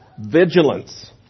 vigilance